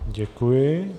Děkuji.